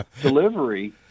delivery